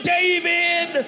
David